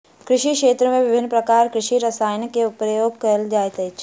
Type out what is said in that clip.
कृषि क्षेत्र में विभिन्न प्रकारक कृषि रसायन के उपयोग कयल जाइत अछि